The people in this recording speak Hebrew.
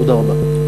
תודה רבה.